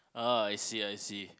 ah I see I see